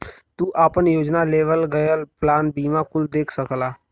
तू आपन योजना, लेवल गयल प्लान बीमा कुल देख सकला